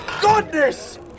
goodness